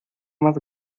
más